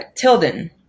Tilden